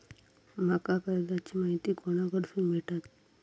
माका कर्जाची माहिती कोणाकडसून भेटात?